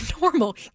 normal